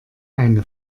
eine